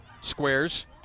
squares